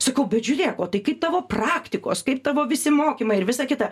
sakau bet žiūrėk kuo tiki tavo praktikos kaip tavo visi mokymai ir visa kita